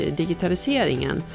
digitaliseringen